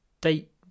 date